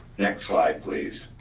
next slide, please.